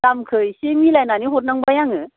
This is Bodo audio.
दामखो एसे मिलायनानै हरनांबाय आङो